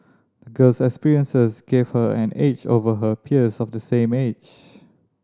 the girl's experiences gave her an edge over her peers of the same age